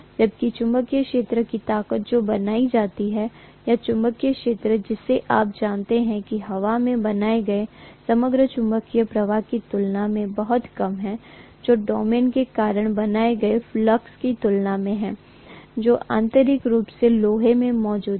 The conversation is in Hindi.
जबकि चुंबकीय क्षेत्र की ताकत जो बनाई जाती है या चुंबकीय क्षेत्र जिसे आप जानते हैं कि हवा में बनाए गए समग्र चुंबकीय प्रवाह की तुलना में बहुत कम है जो डोमेन के कारण बनाए गए फ्लक्स की तुलना में है जो आंतरिक रूप से लोहे में मौजूद हैं